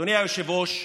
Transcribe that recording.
אדוני היושב-ראש,